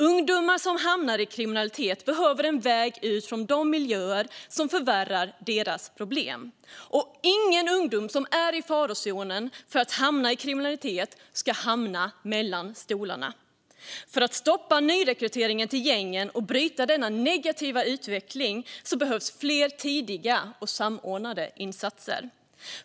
Ungdomar som hamnar i kriminalitet behöver en väg ut från de miljöer som förvärrar deras problem, och ingen ungdom som är i farozonen för att hamna i kriminalitet ska hamna mellan stolarna. För att stoppa nyrekryteringen till gängen och bryta denna negativa utveckling behövs fler tidiga och samordnade insatser.